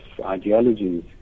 ideologies